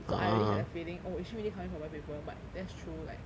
so I already had a feeling oh is she really coming for bio paper but that's true like